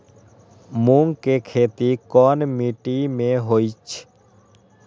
मूँग के खेती कौन मीटी मे होईछ?